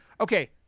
Okay